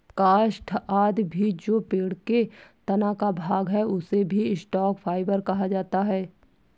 काष्ठ आदि भी जो पेड़ के तना का भाग है, उसे भी स्टॉक फाइवर कहा जाता है